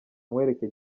nkwereke